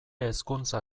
hezkuntza